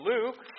Luke